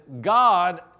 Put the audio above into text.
God